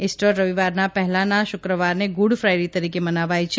Easter રવિવારના પહેલાના શ્વકવારને ગૂડ ફાઇડે તરીકે મનાવાય છે